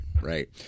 Right